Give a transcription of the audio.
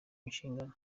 inshingano